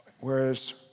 whereas